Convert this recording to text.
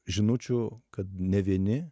žinučių kad ne vieni